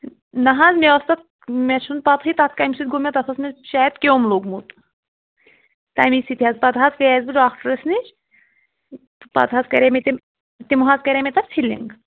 نہ حظ مےٚ اوس تَتھ مےٚ چھُنہٕ پَتہٕے تَتھ کَمہِ سۭتۍ گوٚو مےٚ تَتھ اوس مےٚ شاید کیوٚم لوٚگمُت تَمی سۭتۍ حظ پَتہٕ حظ گٔیَس بہٕ ڈاکٹرٛس نِش پَتہٕ حظ کَرے مےٚ تٔمۍ تٔمۍ حظ کَرے مےٚ تَتھ فِلِنٛگ